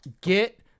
Get